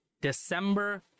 December